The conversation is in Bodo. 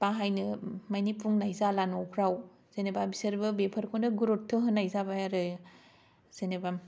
बाहायनो मानि बुंनाय जाला न'फ्राव जेनेबा बिसोरबो बेफोरखौनो गुरुथ्त होनाय जाबाय आरो जेनेबा